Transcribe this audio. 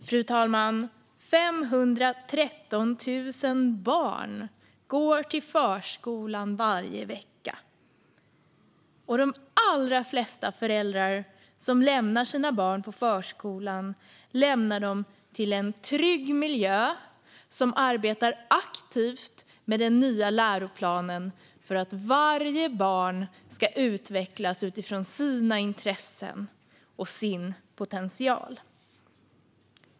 Fru talman! Varje vecka går 513 000 barn till förskolan. De allra flesta föräldrar som lämnar sina barn på förskolan lämnar dem till en trygg miljö där man arbetar aktivt med den nya läroplanen för att varje barn ska utvecklas utifrån sina intressen och sin potential.